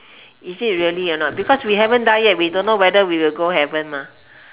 is it really or not because we haven't die yet we don't know whether we will go heaven mah